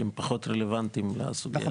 והם פחות רלוונטיים לסוגיה שלנו.